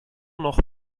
noch